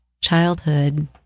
childhood